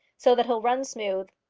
so that he'll run smooth.